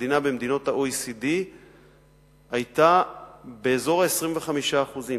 מדינה ממדינות ה-OECD היתה באזור ה-25% תוספת,